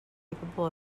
capable